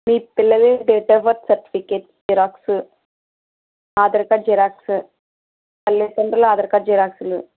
మీ పిల్లలవి date of birth certificate xerox Aadhaar card xerox తల్లి దండ్రుల ఆధార్ కార్డు జిరాక్స్లు